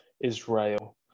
Israel